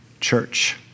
church